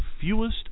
fewest